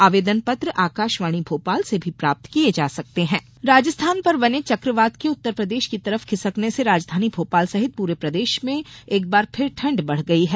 आवेदन पत्र आकाशवाणी भोपाल से भी प्राप्त किये जा सकते हैं मौसम राजस्थान पर बने चक्रवात के उत्तरप्रदेश की तरफ खिसकने से राजधानी भोपाल सहित प्ररे प्रदेश में एक बार फिर ठंड बढ़ गई है